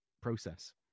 process